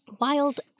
Wild